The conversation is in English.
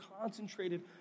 concentrated